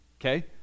okay